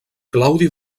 claudi